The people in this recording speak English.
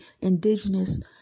indigenous